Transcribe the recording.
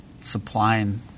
supplying